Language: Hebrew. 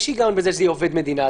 יש היגיון בזה שזה יהיה עובד מדינה.